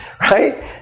right